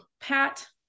Pat